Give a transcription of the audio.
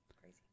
Crazy